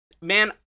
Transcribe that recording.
man